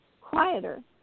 quieter